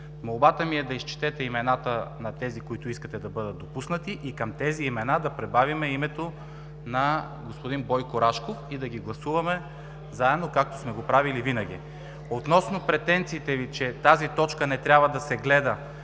Молбата ми е да изчетете имената на тези, които искате да бъдат допуснати, и към тези имена да прибавим името на господин Бойко Рашков, и да ги гласуваме заедно, както сме го правили винаги. Относно претенциите Ви, че тази точка не трябва да се гледа,